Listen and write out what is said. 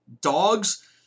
Dogs